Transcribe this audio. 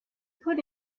put